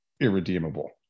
irredeemable